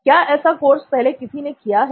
क्या ऐसा कार्य पहले किसी ने किया है